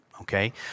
okay